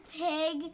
pig